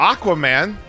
Aquaman